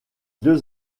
deux